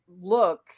look